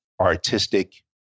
artistic